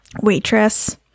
Waitress